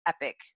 epic